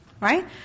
right